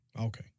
Okay